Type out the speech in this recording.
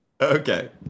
Okay